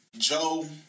Joe